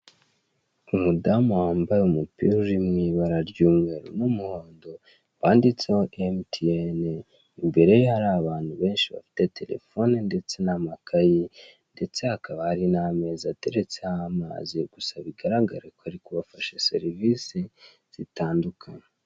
Umudamu wambaye umupira uri mu ibara ry'umweru n'umuhondo wanditseho emutiyene, imbere ye hari abantu benshi bafite terefone ndetse n'amakayi, ndetse hakaba hari n'ameza ateretseho amazi gusa bigaragare ko ari kubafasha serivise zitandukanye.